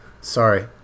Sorry